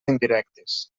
indirectes